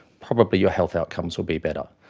probably your health outcomes will be better.